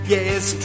Yes